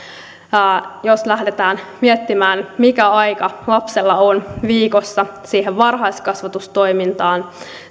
jos lähdetään miettimään mikä aika lapsella on viikossa siihen varhaiskasvatustoimintaan